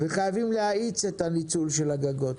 וחייבים להאיץ את הניצול של הגגות.